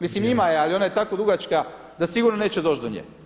Mislim ima je ali ona je tako dugačka da sigurno neće doći do nje.